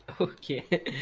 okay